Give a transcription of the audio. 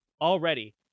already